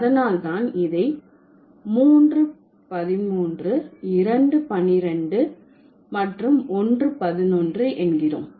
அதனால் தான் இதை மூன்று பதின்மூன்று இரண்டு பன்னிரண்டு மற்றும் ஒன்று பதினொன்று என்கிறோம்